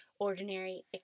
ordinary